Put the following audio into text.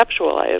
conceptualize